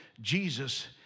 Jesus